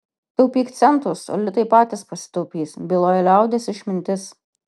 taupyk centus o litai patys pasitaupys byloja liaudies išmintis